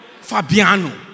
Fabiano